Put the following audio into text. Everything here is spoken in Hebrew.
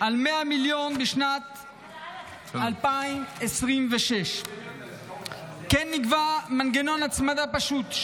על 100 מיליון לשנת 2026. כן נקבע מנגנון הצמדה פשוט,